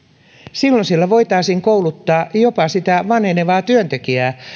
silloin siellä voitaisiin kouluttaa jopa sitä vanhenevaa työntekijää